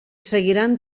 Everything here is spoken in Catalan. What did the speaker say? seguiran